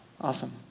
Awesome